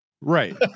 Right